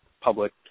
Public